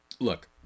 Look